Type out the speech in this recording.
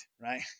right